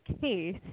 case